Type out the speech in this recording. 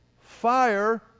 Fire